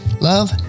love